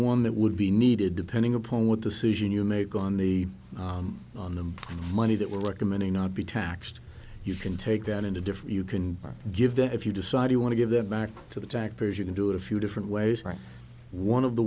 one that would be needed depending upon what decision you make on the on the money that we're recommending not be taxed you can take that into different you can give that if you decide you want to give that back to the taxpayers you can do it a few different ways right one of the